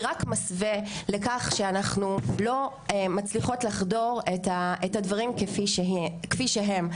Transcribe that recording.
היא רק מסווה לכך שאנחנו לא מצליחות לחדור את הדברים כפי שהם,